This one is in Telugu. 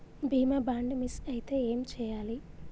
బీమా బాండ్ మిస్ అయితే ఏం చేయాలి?